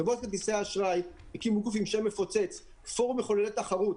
חברות כרטיסי האשראי הקימו גוף עם שם מפוצץ פורום מחוללי תחרות.